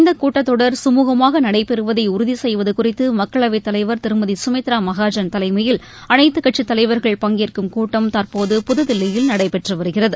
இந்த கூட்டத் தொடர் கமூகமாக நடைபெறுவதை உறுதி செய்வது குறித்து மக்களவை தலைவர் திருமதி சுமித்ரா மகாஜன் தலைமையில் அனைத்துக் கட்சித் தலைவர்கள் பங்கேற்கும் கூட்டம் தற்போது புதுதில்லியில் நடைபெற்று வருகிறது